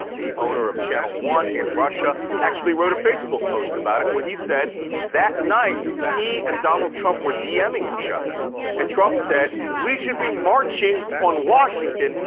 the owner of channel one in russia actually wrote a facebook post about it where he said that night, he and donald trump were dming each other and trump said, we should be marching on washington.